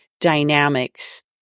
dynamics